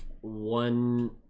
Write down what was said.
one